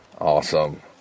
Awesome